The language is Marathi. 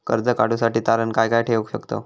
कर्ज काढूसाठी तारण काय काय ठेवू शकतव?